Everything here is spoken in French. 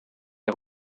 est